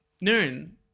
Noon